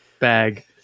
bag